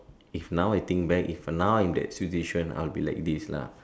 if now I think back if now I in that situation I would be like this lah